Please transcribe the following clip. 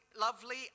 lovely